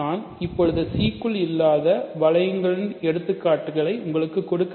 நான் இப்போது C க்குள் இல்லாத வளையங்களின் எடுத்துக்காட்டுகளை உங்களுக்குக் கொடுக்க